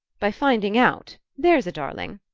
by finding out there's a darling!